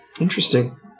Interesting